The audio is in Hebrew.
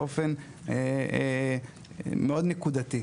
באופן מאוד נקודתי.